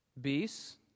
Beasts